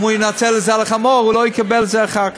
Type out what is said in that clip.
אם הוא ינצל אותה על החמור הוא לא יקבל את זה אחר כך.